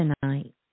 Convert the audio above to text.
tonight